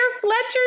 Fletcher